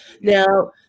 Now